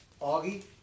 Augie